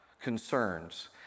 concerns